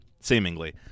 seemingly